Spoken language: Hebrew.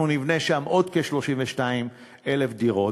אנחנו נבנה שם עוד כ-32,000 דירות,